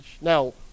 now